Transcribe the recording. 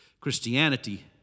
Christianity